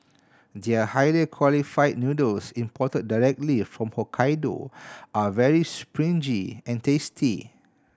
their higher quality noodles imported directly from Hokkaido are very springy and tasty